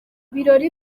birori